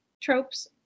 tropes